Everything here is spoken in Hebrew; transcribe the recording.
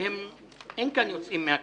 ואין כאן יוצאים מהכלל.